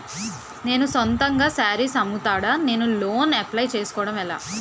నేను సొంతంగా శారీస్ అమ్ముతాడ, నేను లోన్ అప్లయ్ చేసుకోవడం ఎలా?